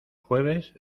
jueves